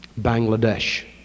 Bangladesh